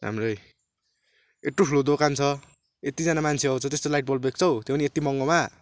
राम्रै यत्रो ठुलो दोकान छ यतिजना मान्छे आउँछ त्यस्तो लाइट बल्ब बेच्छौ त्यो पनि यति महँगोमा